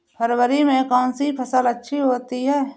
फरवरी में कौन सी फ़सल अच्छी होती है?